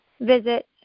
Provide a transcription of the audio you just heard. visit